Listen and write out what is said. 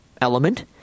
element